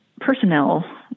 personnel